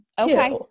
Okay